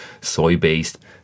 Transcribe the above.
soy-based